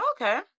Okay